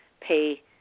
pay